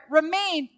remain